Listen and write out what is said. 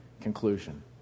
conclusion